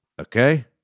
Okay